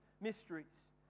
mysteries